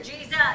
Jesus